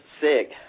sick